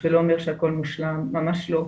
זה לא אומר שהכל מושלם, ממש לא.